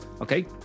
Okay